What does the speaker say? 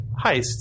heist